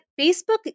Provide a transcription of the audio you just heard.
Facebook